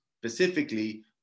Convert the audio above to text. specifically